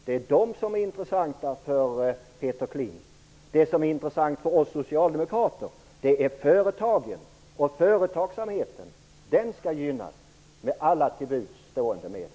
Det är de som är intressanta för Peter Kling. Det som är intressant för oss socialdemokrater är företagen. Företagsamheten skall gynnas med alla till buds stående medel.